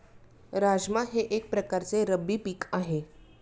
राजमा हे एक प्रकारचे रब्बी पीक आहे